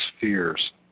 fears